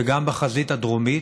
וגם בחזית הדרומית,